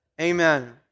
Amen